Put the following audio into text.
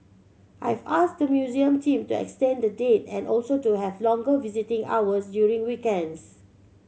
I've asked the museum team to extend the date and also to have longer visiting hours during weekends